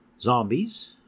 zombies